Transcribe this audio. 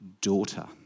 Daughter